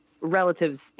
relative's